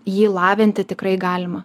jį lavinti tikrai galima